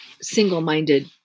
single-minded